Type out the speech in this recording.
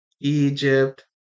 egypt